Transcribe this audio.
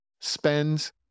spends